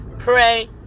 pray